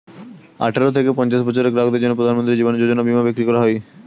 আঠারো থেকে পঞ্চাশ বছরের গ্রাহকদের জন্য প্রধানমন্ত্রী জীবন যোজনা বীমা বিক্রি করা হয়